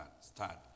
start